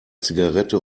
zigarette